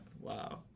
wow